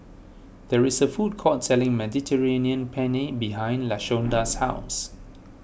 there is a food court selling Mediterranean Penne behind Lashonda's house